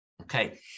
Okay